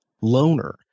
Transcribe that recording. loner